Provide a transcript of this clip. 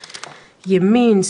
ימין,